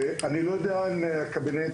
אני לא יודע אם בקבינט